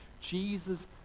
Jesus